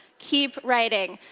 keep writing.